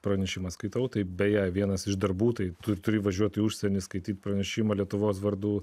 pranešimą skaitau taip beje vienas iš darbų tai tu turi važiuoti į užsienį skaityti pranešimą lietuvos vardu